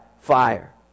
fire